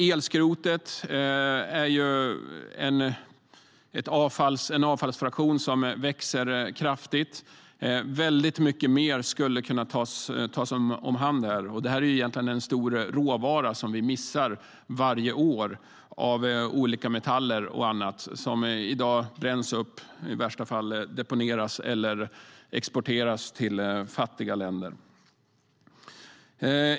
Elskrotet är en avfallsfraktion som växer kraftigt. Väldigt mycket mer skulle kunna tas om hand. Detta är egentligen en stor råvara av olika metaller som vi missar varje år. I dag bränns det upp eller deponeras i värsta fall eller exporteras till fattiga länder.